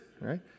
right